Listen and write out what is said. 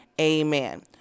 amen